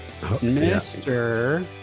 Mr